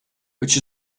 which